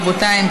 רבותיי,